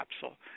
capsule